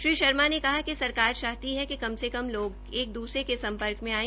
श्री शर्मा ने कहा कि सरकार चाहती है कि कम से कम लोग एक दूसरे के सम्पर्कमें आयें